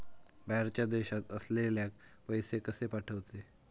बाहेरच्या देशात असलेल्याक पैसे कसे पाठवचे?